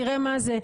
תראה מה זה,